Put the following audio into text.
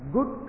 Good